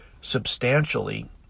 substantially